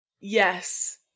Yes